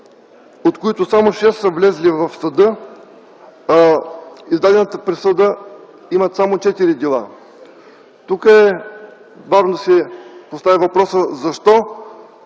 от които само 6 са влезли в съда, а издадена присъда имат само 4 дела. Тук е важно да се постави въпросът защо